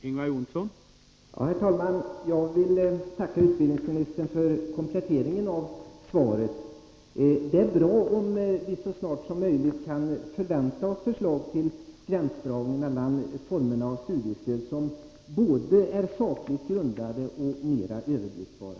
Herr talman! Jag vill tacka utbildningsministern för kompletteringen av svaret. Det är bra om vi så snart som möjligt kan förvänta oss förslag till gränsdragning mellan formerna av studiestöd, som är både sakligt grundade och mera överblickbara.